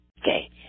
Okay